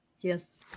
yes